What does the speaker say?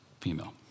female